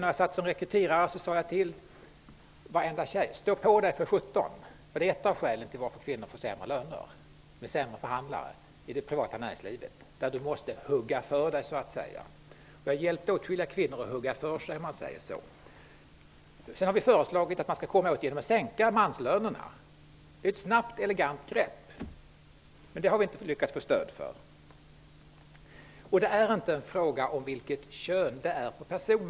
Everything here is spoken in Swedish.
När jag arbetade som rekryterare sade jag till varenda tjej att stå på sig, efterson ett av skälen till att kvinnor får sämre löner i det privata näringslivet, där man måste hugga för sig, är att de är sämre förhandlare. Jag hjälpte också åtskilliga kvinnor att hugga för sig. Vi har föreslagit att man skall komma åt olikheterna genom att sänka manslönerna. Det är ett snabbt och elegant grepp, men vi har inte lyckats få stöd för det. Det gäller här inte en fråga om kön utan om person.